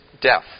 death